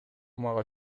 мага